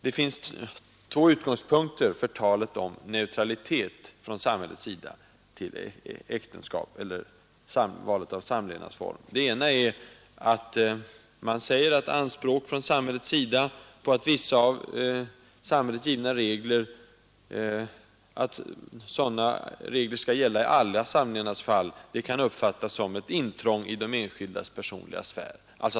Det finns två utgångspunkter för talet om neutralitet från samhällets sida till valet av samlevnadsform. Den ena är att anspråk från samhällets sida på att vissa av samhället givna regler skall gälla i alla samlevnadsfall kan uppfattas som ett intrång i de enskildas personliga värld.